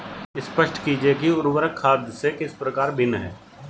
स्पष्ट कीजिए कि उर्वरक खाद से किस प्रकार भिन्न है?